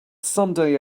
someday